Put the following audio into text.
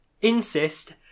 Insist